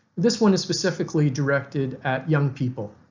this one is specifically directed at young people.